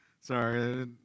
Sorry